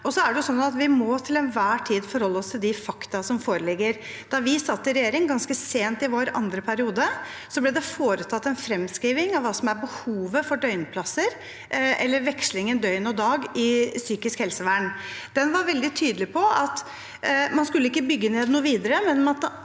at vi til enhver tid må forholde oss til de fakta som foreligger. Da vi satt i regjering, ganske sent i vår andre periode, ble det foretatt en fremskriving av hva som er behovet for vekslingen mellom døgn- og dagplasser i psykisk helsevern. Den var veldig tydelig på at man ikke skulle bygge ned noe videre,